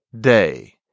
Day